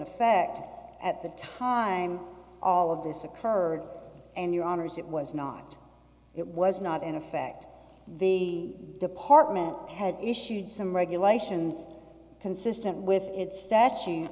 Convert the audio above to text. effect at the time all of this occurred and your honors it was not it was not in effect the department had issued some regulations consistent with its statutes